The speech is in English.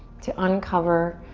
to uncover,